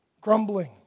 grumbling